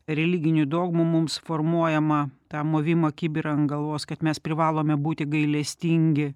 religinių dogmų mums formuojamą tą movimą kibirą ant galvos kad mes privalome būti gailestingi